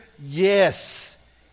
Yes